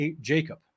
Jacob